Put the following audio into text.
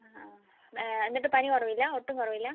എന്നിട്ട് പനി കുറവില്ല ഒട്ടും കുറവില്ല